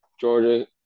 Georgia